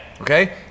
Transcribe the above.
Okay